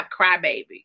crybaby